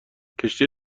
کشتی